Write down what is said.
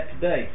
today